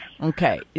Okay